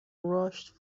rushed